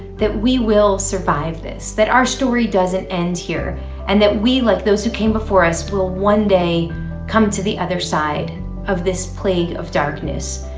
that we will survive this, that our story doesn't end here and that we, like those who came before us, will one day come to the other side of this plague of darkness.